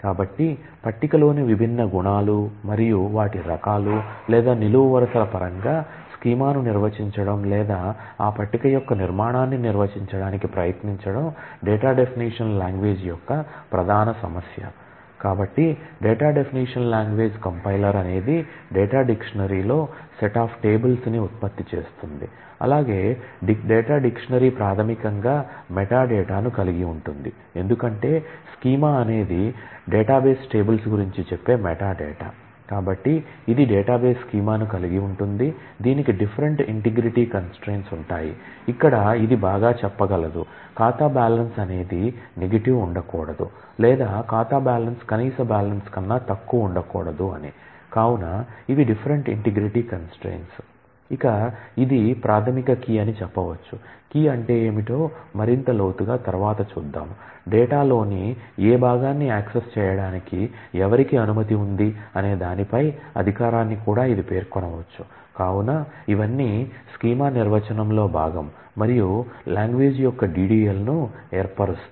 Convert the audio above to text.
కాబట్టి పట్టికలోని విభిన్న గుణాలు మరియు వాటి రకాలు లేదా నిలువు వరుసల పరంగా స్కీమాను నిర్వచించడం లేదా ఆ పట్టిక యొక్క నిర్మాణాన్ని నిర్వచించడానికి ప్రయత్నించడం డేటా డెఫినిషన్ లాంగ్వేజ్ యొక్క DDL ను ఏర్పరుస్తాయి